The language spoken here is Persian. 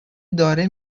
داره